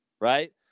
right